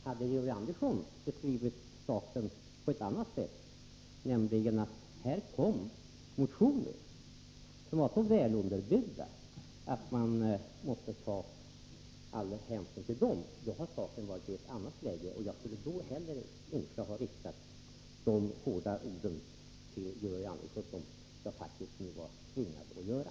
Om Georg Andersson hade beskrivit det hela på ett annat sätt och sagt att det väckts motioner som var så väl underbyggda att man måste ta all hänsyn till dem, då hade saken varit i ett annat läge, och jag skulle då inte ha riktat så hårda ord till Georg Andersson som jag faktiskt tvingades göra.